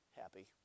happy